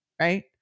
right